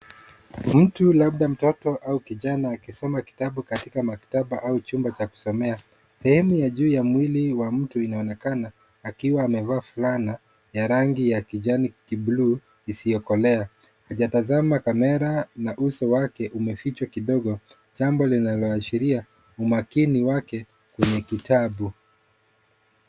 Mtu labda mtoto au kijana akisoma kitabu katika maktaba au chumba cha kusomea. Sehemu ya juu ya mwili wa mtu inaonekana akiwa amevaa fulana ya rangi ya kijani buluu isiyokolea hajatazama kamera na uso wake umefichwa kidogo jambo linaloashiria umakini wake kwenye kitabu.